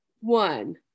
One